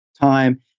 time